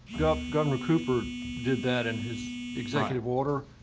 governor cooper did that in his executive order,